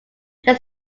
just